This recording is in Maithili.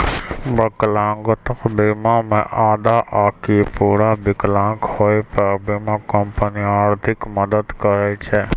विकलांगता बीमा मे आधा आकि पूरा विकलांग होय पे बीमा कंपनी आर्थिक मदद करै छै